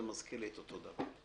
זה מזכיר לי את אותו דבר.